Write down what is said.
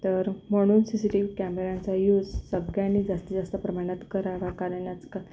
तर म्हणून C C T V कॅमेराचा युज सगळ्यांनी जास्ती जास्त प्रमाणात करावा कारण आजकाल